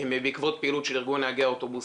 בעקבות פעילות של ארגון נהגי האוטובוסים.